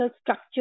structure